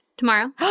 Tomorrow